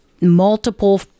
multiple